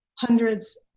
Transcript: hundreds